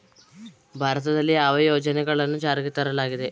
ಭಾರತದಲ್ಲಿ ಯಾವ ಯೋಜನೆಗಳನ್ನು ಜಾರಿಗೆ ತರಲಾಗಿದೆ?